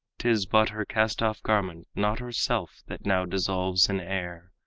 tis but her cast-off garment, not herself, that now dissolves in air.